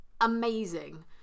amazing